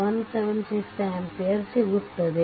176 ampere ಸಿಗುತ್ತದೆ